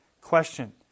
Question